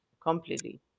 completely